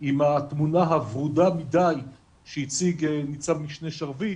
עם התמונה הוורודה מדי שהציג נצ"מ שרביט